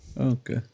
Okay